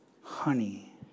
honey